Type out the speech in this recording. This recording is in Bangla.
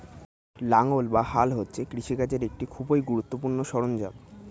লাঙ্গল বা হাল হচ্ছে কৃষিকার্যের একটি খুবই গুরুত্বপূর্ণ সরঞ্জাম